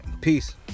Peace